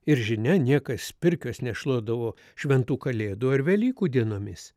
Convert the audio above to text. ir žinia niekas pirkios nešluodavo šventų kalėdų ar velykų dienomis